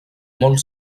molt